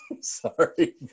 Sorry